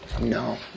No